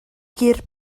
gur